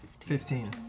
Fifteen